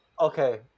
Okay